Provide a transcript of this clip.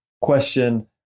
question